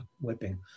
whipping